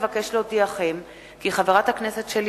אבקש להודיעכם כי חברת הכנסת שלי